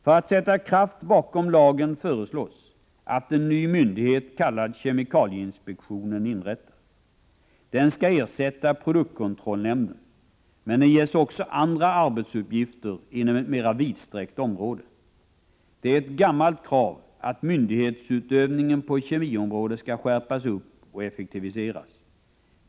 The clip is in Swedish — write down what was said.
För att sätta kraft bakom lagen föreslås att en ny myndighet, kallad kemikalieinspektionen, inrättas. Den skall ersätta produktkontrollnämnden. Men den ges också andra uppgifter inom ett mera vidsträckt område. Det är ett gammalt krav att myndighetsutövningen på kemiområdet skall skärpas och effektiviseras.